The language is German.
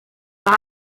war